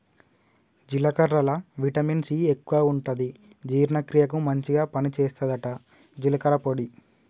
జీలకర్రల vitamin C ఎక్కువుంటది జీర్ణ క్రియకు మంచిగ పని చేస్తదట జీలకర్ర పొడి